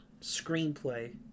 screenplay